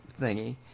thingy